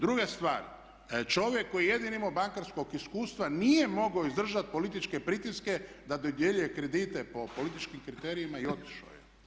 Druga stvar, čovjek koji je jedini imao bankarskog iskustva nije mogao izdržati političke pritiske da dodjeljuje kredite po političkim kriterijima i otišao je.